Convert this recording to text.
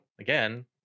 again